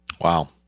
Wow